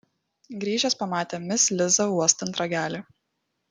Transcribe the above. grįžęs pamatė mis lizą uostant ragelį